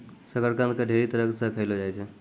शकरकंद के ढेरी तरह से खयलो जाय छै